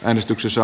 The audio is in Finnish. äänestyksessä